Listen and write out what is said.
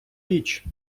річ